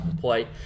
play